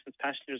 passengers